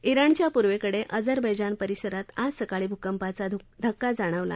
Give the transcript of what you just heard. इराणच्या पूर्वेकडे अज़रबैजान परिसरात आज सकाळी भूकंपाचा धक्का जाणवला